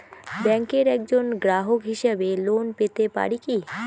ব্যাংকের একজন গ্রাহক হিসাবে লোন পেতে পারি কি?